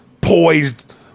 poised